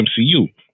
MCU